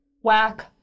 Whack